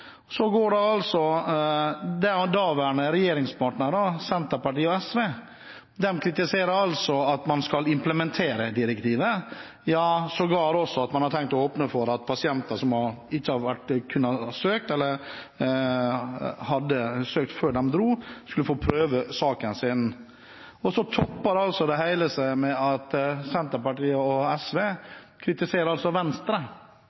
så kritiserer daværende regjeringspartnere Senterpartiet og Sosialistisk Venstreparti at man skal implementere direktivet, ja, sågar også at man har tenkt å åpne for at pasienter som ikke har kunnet søke eller ikke har søkt før de dro, skal få prøve saken sin. Og så topper det hele seg med at Senterpartiet og Sosialistisk Venstreparti kritiserer Venstre